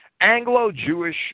Anglo-Jewish